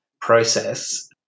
process